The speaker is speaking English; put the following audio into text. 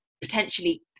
potentially